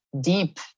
deep